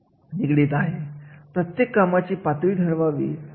तर असे हे कामगिरीचे मूल्यमापन कर्मचाऱ्यांसाठी असते एखाद्या विशिष्ट व्यक्तीसाठी असते